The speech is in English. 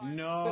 no